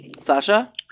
Sasha